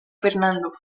fernando